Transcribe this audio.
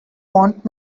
want